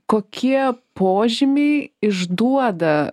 kokie požymiai išduoda